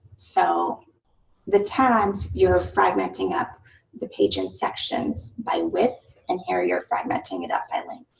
so the tags you're fragmenting up the page in sections by width, and here you're fragmenting it up by length.